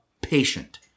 patient